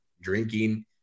drinking